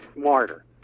smarter